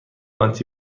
آنتی